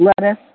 lettuce